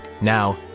Now